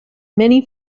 many